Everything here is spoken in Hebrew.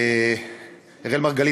אראל מרגלית,